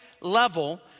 level